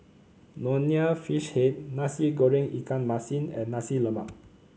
Nonya Fish Head Nasi Goreng Ikan Masin and Nasi Lemak